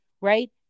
right